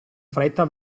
fretta